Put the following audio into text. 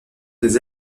des